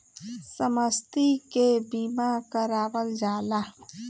सम्पति के बीमा करावल जाला